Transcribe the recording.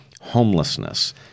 homelessness